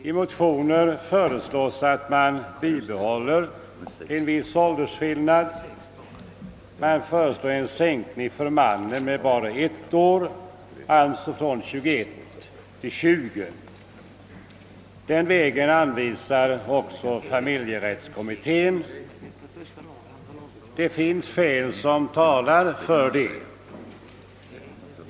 I motioner föreslås att man bibehåller en viss åldersskillnad. Man föreslår en sänkning för mannen med bara ett år, alltså från 21 till 20 år. Detta förordar också familjerättskommittén. Det finns flera skäl som talar för det.